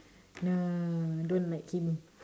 ya don't like him